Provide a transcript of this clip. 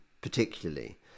particularly